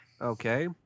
Okay